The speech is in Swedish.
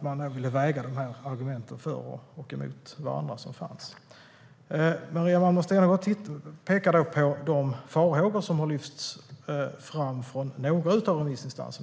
Man ville väga de argument som fanns för och emot varandra. Maria Malmer Stenergard pekar på de farhågor som har lyfts fram av några av remissinstanserna.